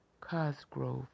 Cosgrove